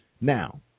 Now